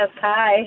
hi